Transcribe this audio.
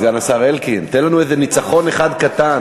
סגן השר אלקין, תן לנו איזה ניצחון אחד קטן.